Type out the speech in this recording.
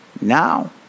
Now